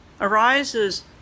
arises